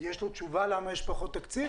יש לו תשובה למה הם קיבלו פחות תקציב?